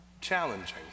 challenging